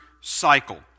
cycle